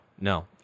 no